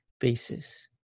basis